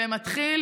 ומתחיל